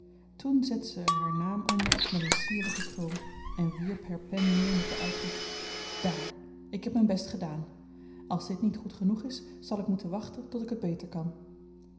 toen zette ze er haar naam onder met een sierlijken krul en wierp haar pen neer met den uitroep daar ik heb mijn best gedaan als dit niet goed genoeg is zal ik moeten wachten tot ik het beter kan